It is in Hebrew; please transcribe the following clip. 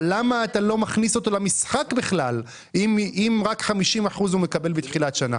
אבל למה אתה לא מכניס אותו למשחק בכלל אם רק 50% הוא מקבל בתחילת השנה?